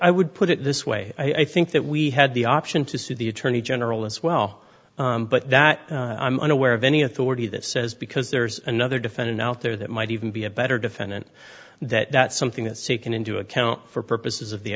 i would put it this way i think that we had the option to sue the attorney general as well but that i'm unaware of any authority that says because there's another defendant out there that might even be a better defendant that something that's taken into account for purposes of the